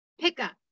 pickup